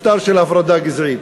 משטר של הפרדה גזעית.